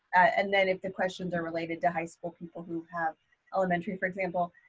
and then if the questions are related to high school, people who have elementary for example,